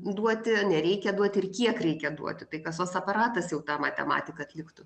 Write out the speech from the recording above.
duoti nereikia duoti ir kiek reikia duoti tai kasos aparatas jau tą matematiką atliktų